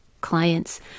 clients